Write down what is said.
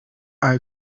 eye